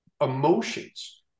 emotions